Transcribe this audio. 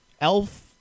Elf